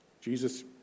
Jesus